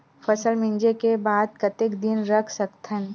फसल मिंजे के बाद कतेक दिन रख सकथन?